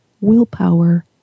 willpower